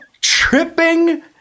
Tripping